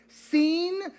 seen